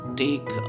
take